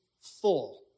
full